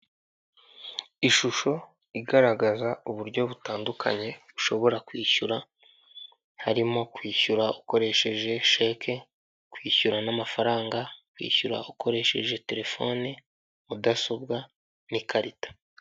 Ishusho igaragaza uburyo butandukanye ushobora kwishyura, harimo kwishyura ukoresheje cheque, kwishyura n'amafaranga, kwishyura ukoresheje terefoni, mudasobwa n'ikarita.